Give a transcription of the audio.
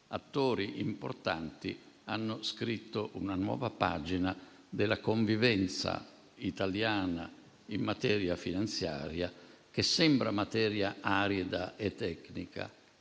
attori importanti hanno scritto una nuova pagina della convivenza italiana in materia finanziaria, che sembra arida e tecnica,